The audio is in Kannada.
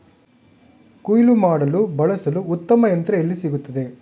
ಕುಯ್ಲು ಮಾಡಲು ಬಳಸಲು ಉತ್ತಮ ಯಂತ್ರ ಎಲ್ಲಿ ಸಿಗುತ್ತದೆ?